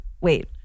wait